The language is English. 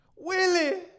Willie